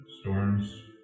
storm's